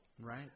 Right